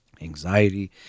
anxiety